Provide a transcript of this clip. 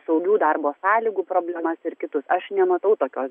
saugių darbo sąlygų problemas ir kitus aš nematau tokios